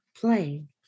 playing